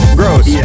gross